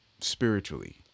spiritually